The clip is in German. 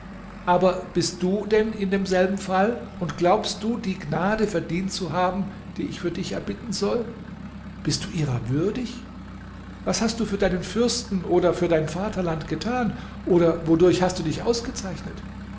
aber bist du denn in demselben fall und glaubst du die gnade verdient zu haben die ich für dich erbitten soll bist du ihrer würdig was hast du für deinen fürsten oder für dein vaterland getan und wodurch hast du dich ausgezeichnet